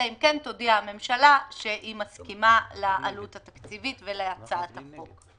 אלא אם כן תודיע הממשלה שהיא מסכימה לעלות התקציבית ולהצעת החוק.